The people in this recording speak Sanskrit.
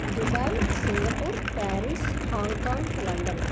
Dubai Singapore Paris Hong Kong London